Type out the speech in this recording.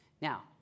Now